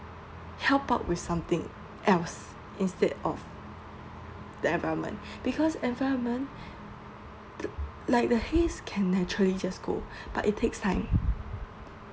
help out with something else instead of the environment because environment like the haze can naturally just go but it takes time